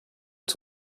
its